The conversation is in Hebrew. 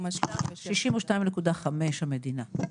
62.5 המדינה.